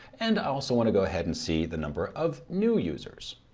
and i also want to go ahead and see the number of new users.